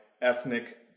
ethnic